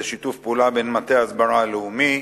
זה שיתוף פעולה בין מטה ההסברה הלאומי,